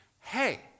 hey